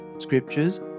Scriptures